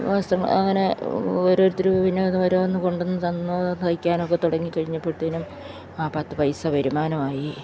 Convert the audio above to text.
വസ്ത്രം അങ്ങനെ ഓരോരുത്തർ പിന്നെയത് ഓരോന്ന് കൊണ്ടുവന്നു തന്നു തയ്ക്കാനൊക്കെത്തുടങ്ങി കഴിഞ്ഞപ്പോഴത്തേനും ആ പത്തു പൈസ വരുമാനമായി